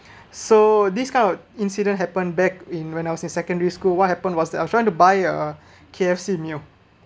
so this kind of incident happened back in when I was in secondary school what happened was that I‘ve try to buy a K_F_C meal